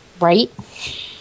Right